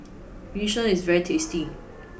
yu sheng is very tasty